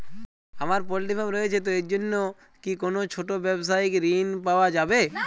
আমার poultry farm রয়েছে তো এর জন্য কি কোনো ছোটো ব্যাবসায়িক ঋণ পাওয়া যাবে?